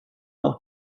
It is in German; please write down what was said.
auch